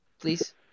please